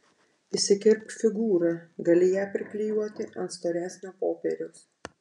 išsikirpk figūrą gali ją priklijuoti ant storesnio popieriaus